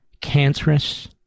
cancerous